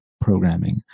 programming